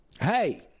hey